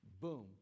boom